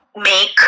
make